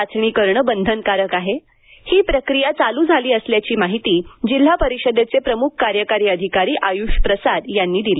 चाचणी करणं बंधनकारक आहे ही प्रक्रिया चालू झाली असल्याची माहिती जिल्हा परिषदेचे प्रमुख कार्यकारी अधिकारी आयुष प्रसाद यांनी दिली